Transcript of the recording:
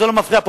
זה לא מפריע פה,